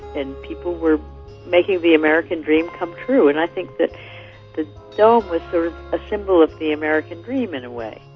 and people were making the american dream come true. and i think that the dome was a symbol of the american dream, in a way.